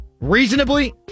reasonably